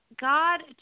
God